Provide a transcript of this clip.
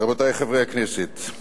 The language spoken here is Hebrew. רבותי חברי הכנסת,